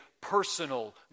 personal